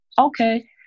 Okay